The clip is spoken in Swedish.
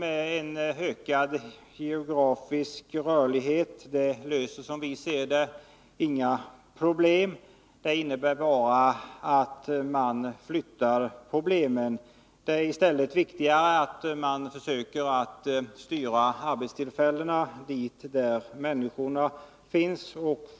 En ökad geografisk rörlighet löser inga problem, som vi ser det. Det innebär bara att man flyttar problemen. Det är viktigare att försöka styra arbetstillfällena dit där människorna finns.